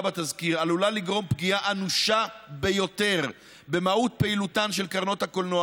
בתזכיר עלולה לגרום פגיעה אנושה ביותר במהות פעילותן של קרנות הקולנוע